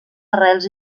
arrels